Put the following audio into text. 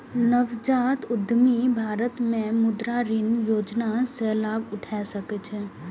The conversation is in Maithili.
नवजात उद्यमी भारत मे मुद्रा ऋण योजना सं लाभ उठा सकै छै